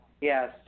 Yes